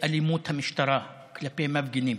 אלימות המשטרה כלפי מפגינים.